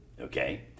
Okay